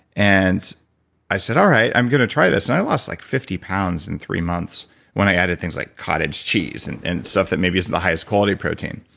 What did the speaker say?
and i said all right, i'm going to try this, and i lost like fifty pounds in three months when i added things like cottage cheese, and and stuff that maybe isn't the highest quality of protein.